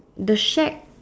the shack